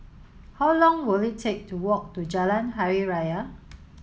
how long will it take to walk to Jalan Hari Raya